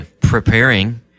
preparing